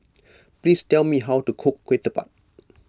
please tell me how to cook Ketupat